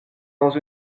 dans